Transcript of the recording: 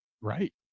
Right